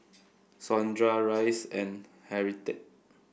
Sondra Rhys and Harriette